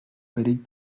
perill